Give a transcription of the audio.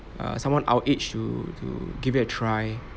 err someone our age to to give it a try